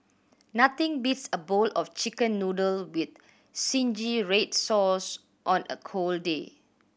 nothing beats a bowl of Chicken Noodle with zingy red sauce on a cold day